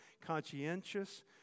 conscientious